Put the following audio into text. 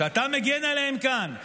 שאתה מגן עליהם כאן,